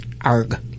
arg